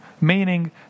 Meaning